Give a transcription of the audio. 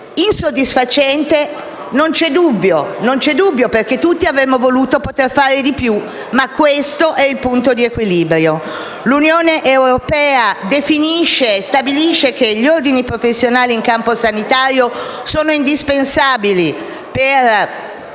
insoddisfacente. Non c'è dubbio che sia così perché tutti avremmo voluto poter fare di più, ma questo è il punto di equilibrio. L'Unione europea stabilisce che gli ordini professionali in campo sanitario siano indispensabili per